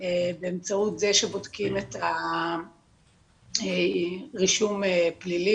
באמצעות זה שבודקים את הרישום הפלילי